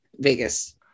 Vegas